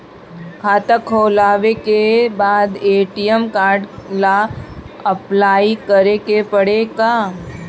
खाता खोलबाबे के बाद ए.टी.एम कार्ड ला अपलाई करे के पड़ेले का?